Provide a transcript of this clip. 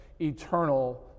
eternal